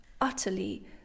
utterly